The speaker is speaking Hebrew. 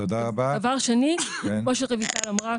דבר שני, כמו שרויטל אמרה,